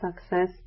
success